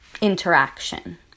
interaction